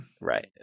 Right